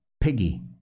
piggy